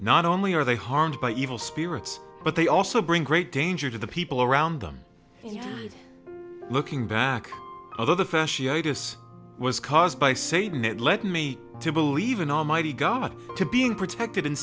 not only are they harmed by evil spirits but they also bring great danger to the people around them looking back over the fasciitis was caused by satan it led me to believe in almighty god to being protected and